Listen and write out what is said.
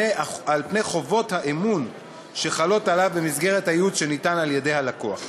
חובות האמון שחלות עליו במסגרת הייעוץ שהוא נותן ללקוח.